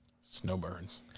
Snowbirds